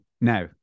Now